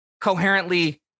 coherently